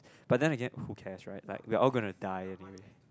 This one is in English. but then again who cares right like we are all going to die anyway